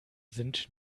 sind